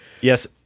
Yes